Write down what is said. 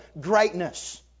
greatness